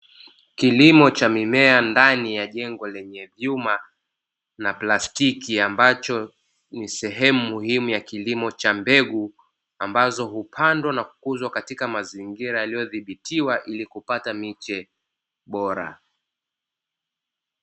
Kilimo cha mimea ndani ya jengo lenye vyuma na plastiki ambacho ni sehemu muhimu ya kilimo cha mbegu, ambazo hupandwa na kuuzwa katika mazingira yalidhibitwa ili kupata miche bora.